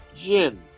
gin